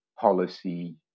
policy